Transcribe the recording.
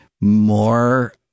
more